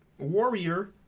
Warrior